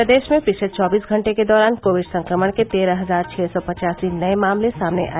प्रदेश में पिछले चौबीस घंटे के दौरान कोविड संक्रमण के तेरह हजार छः सौ पचासी नए मामले सामने आए